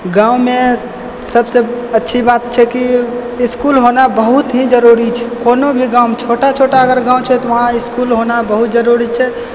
गाॅंवमे सभसे अच्छी बात छै की इसकुल होना बहुत ही जरूरी छै कोनो भी गाम छोटा छोटा गाॅंव छै तऽ उहाँ इसकुल होना बहुत जरूरी छै